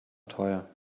teuer